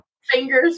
fingers